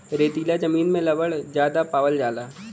रेतीला जमीन में लवण ज्यादा पावल जाला